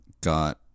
got